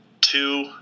two